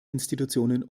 institutionen